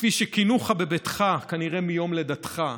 כפי שכינוך בביתך, כנראה מיום לידתך,